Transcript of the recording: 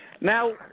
Now